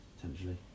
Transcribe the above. potentially